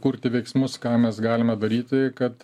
kurti veiksmus ką mes galime daryti kad